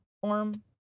form